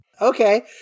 Okay